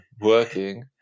working